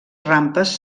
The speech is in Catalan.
rampes